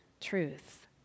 truth